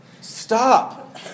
Stop